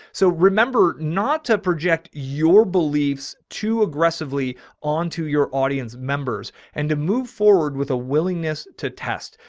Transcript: so remember not to project your beliefs too aggressively onto your audience members and to move forward with a willingness to test.